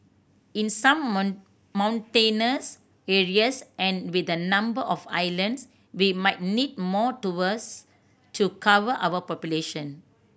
in some mountainous areas and with the number of islands we might need more towers to cover our population